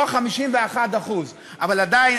או 51%. אבל עדיין,